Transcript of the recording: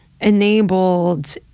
enabled